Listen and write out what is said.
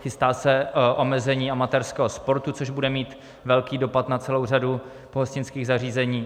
Chystá se omezení amatérského sportu, což bude mít velký dopad na celou řadu pohostinských zařízení.